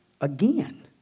Again